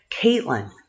Caitlin